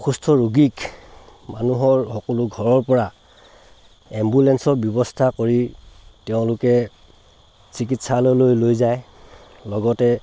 অসুস্থ ৰোগীক মানুহৰ সকলো ঘৰৰ পৰা এম্বুলেঞ্চৰ ব্যৱস্থা কৰি তেওঁলোকে চিকিৎসালয়লৈ লৈ যায় লগতে